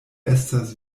estas